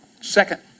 Second